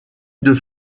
deux